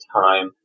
time